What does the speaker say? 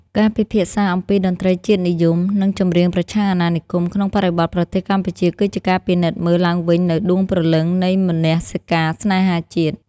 ការពិភាក្សាអំពីតន្ត្រីជាតិនិយម និងចម្រៀងប្រឆាំងអាណានិគមក្នុងបរិបទប្រទេសកម្ពុជា គឺជាការពិនិត្យមើលឡើងវិញនូវដួងព្រលឹងនៃមនសិការស្នេហាជាតិ។